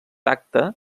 tacte